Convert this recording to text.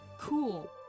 Cool